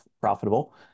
profitable